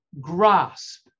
grasp